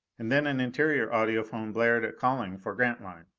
and then an interior audiphone blared a calling for grantline.